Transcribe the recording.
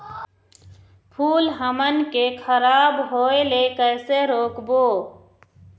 फूल हमन के खराब होए ले कैसे रोकबो?